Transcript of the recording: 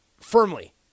Firmly